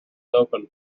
open